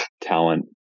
talent